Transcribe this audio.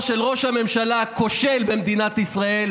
של ראש הממשלה הכושל במדינת ישראל,